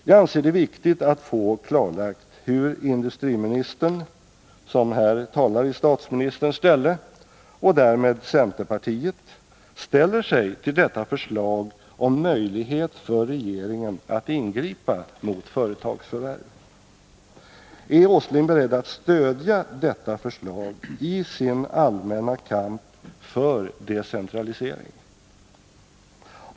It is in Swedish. Jag anser det viktigt att få klarlagt hur industriministern, som här talar i statsministerns ställe, och därmed centerpartiet ställer sig till detta förslag om möjlighet för regeringen att ingripa mot företagsförvärv. Är Nils Åsling beredd att stödja detta förslag i sin allmänna kamp för decentralisering?